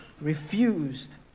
refused